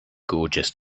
gorgeous